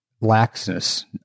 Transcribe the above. laxness